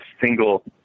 single